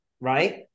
right